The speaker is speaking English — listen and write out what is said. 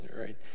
right